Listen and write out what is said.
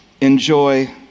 enjoy